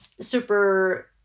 Super